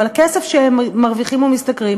אבל הכסף שהם מרוויחים ומשתכרים